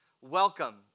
welcome